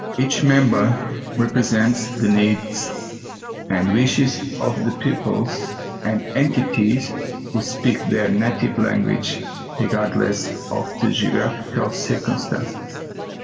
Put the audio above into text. each member represents the needs and wishes of the peoples and entities who speak their native language regardless of the geographical circumstances.